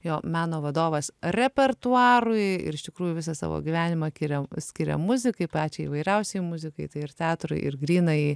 jo meno vadovas repertuarui ir iš tikrųjų visą savo gyvenimą kiria skiria muzikai pačiai įvairiausiai muzikai tai ir teatrui ir grynajai